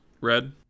Red